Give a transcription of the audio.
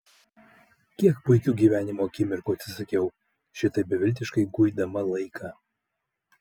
kiek puikių gyvenimo akimirkų atsisakiau šitaip beviltiškai guidama laiką